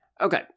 okay